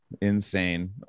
insane